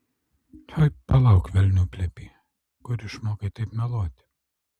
oi palauk velnių plepy kur išmokai taip meluoti